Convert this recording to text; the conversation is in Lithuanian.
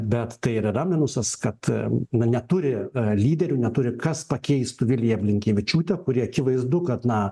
bet tai yra minusas kad na neturi lyderių neturi kas pakeistų viliją blinkevičiūtę kuri akivaizdu kad na